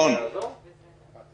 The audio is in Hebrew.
יש